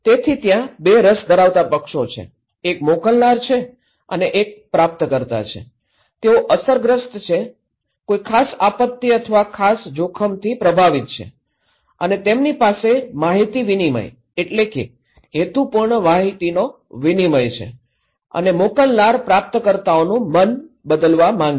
તેથી ત્યાં બે રસ ધરાવતા પક્ષો છે એક મોકલનાર છે અને એક પ્રાપ્તકર્તા છે તેઓ અસરગ્રસ્ત છે કોઈ ખાસ આપત્તિ અથવા ખાસ જોખમથી પ્રભાવિત છે અને તેમની પાસે માહિતી વિનિમય એટલે કે હેતુપૂર્ણ માહિતીનો વિનિમય છે અને મોકલનાર પ્રાપ્તકર્તાઓનું મન બદલવા માંગે છે